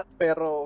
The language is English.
pero